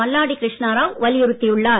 மல்லாடி கிருஷ்ணா ராவ் வலியுறுத்தியுள்ளார்